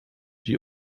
die